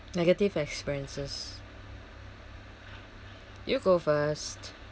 negative experiences you go first